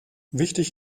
wichtig